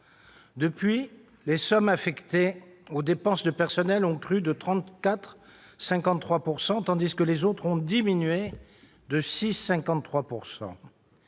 Depuis, les sommes affectées aux dépenses de personnel ont crû de 34,53 %, tandis que les autres ont diminué de 6,53 %.